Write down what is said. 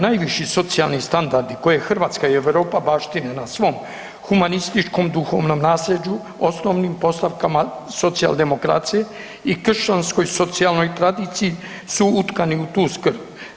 Najviši socijalni standardi koje Hrvatska i Europa baštine na svom humanističkom duhovnom naslijeđu, osnovnim postavkama socijaldemokracije i kršćanskoj socijalnoj tradiciji su utkani u tu skrb.